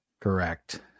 Correct